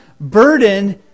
Burden